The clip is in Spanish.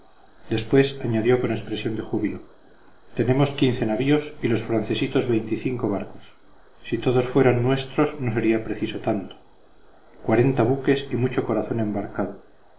después añadió con expresión de júbilo tenemos quince navíos y los francesitos veinticinco barcos si todos fueran nuestros no era preciso tanto cuarenta buques y mucho corazón embarcado